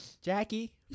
Jackie